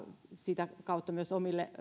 sitä kautta myös